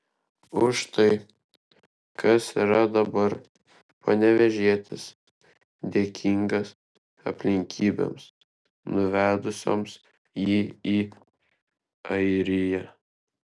už tai kas yra dabar panevėžietis dėkingas aplinkybėms nuvedusioms jį į airiją